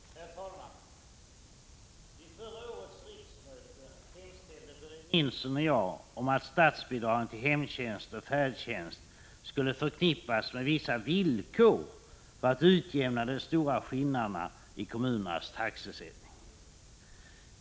Herr talman! Vid förra årets riksmöte hemställde Börje Nilsson och jag om att statsbidragen till hemtjänst och färdtjänst skulle förknippas med vissa villkor för att utjämna de stora skillnaderna i kommunernas taxesättning.